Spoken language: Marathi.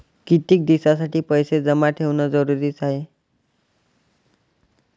कितीक दिसासाठी पैसे जमा ठेवणं जरुरीच हाय?